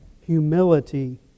humility